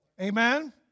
Amen